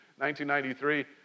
1993